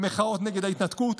במחאות נגד ההתנתקות,